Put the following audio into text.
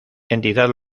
entidad